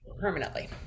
permanently